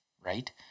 Right